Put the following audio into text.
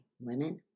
women